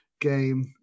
game